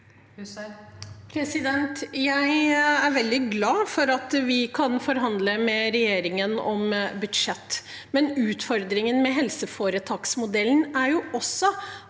Jeg er veldig glad for at vi kan forhandle med regjeringen om budsjett, men utfordringen med helseforetaksmodellen er også